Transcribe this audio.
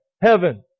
heaven